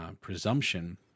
presumption